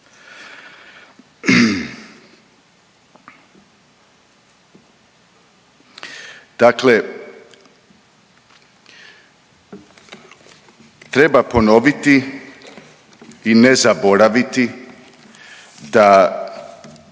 Dakle, treba ponoviti i ne zaboraviti da